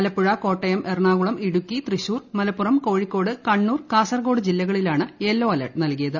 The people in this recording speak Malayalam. ആലപ്പുഴ കോട്ടയം എറണാകുളം ഇടുക്കി തൃശ്ശൂർ മലപ്പുറം കോഴിക്കോട് കണ്ണൂർ കാസർഗോഡ് ജില്ലകളിലാണ് യെല്ലോ അലെർട്ട് നൽകിയത്